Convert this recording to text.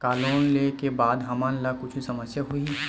का लोन ले के बाद हमन ला कुछु समस्या होही?